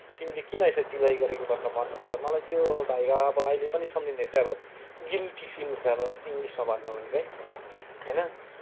तिमीले किन यसरी दिल्लगी गरेको भनेर भन्नुभयो मलाई त्यो भाइभा अहिले पनि सम्झिदाँखेरि चाहिँ अब गिल्टी फिल हुन्छ अब इङ्ग्लिसमा भन्नु हो भने चाहिँ होइन